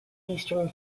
eastern